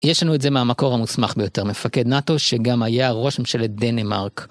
יש לנו את זה מהמקור המוסמך ביותר מפקד נאט"ו שגם היה ראש ממשלת דנמרק.